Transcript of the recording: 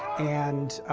and